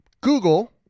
Google